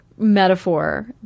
metaphor